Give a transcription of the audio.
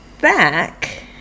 back